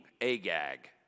Agag